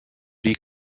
die